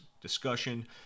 discussion